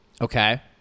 Okay